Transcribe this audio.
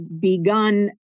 begun